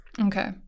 Okay